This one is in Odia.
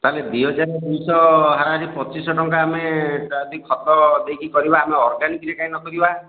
ତା'ହେଲେ ଦୁଇ ହଜାର ଦୁଇଶହ ହାରାହାରି ପଚିଶି ଶହ ଟଙ୍କା ଆମେ ଯଦି ଆମେ ଖତ ଦେଇକି କରିବା ଆମେ ତାହେଲେ ଅର୍ଗାନିକ୍ରେ କାହିଁ ନ କରିବା